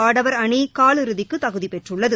ஆடவர் அணி கால் இறுதிக்கு தகுதி பெற்றுள்ளது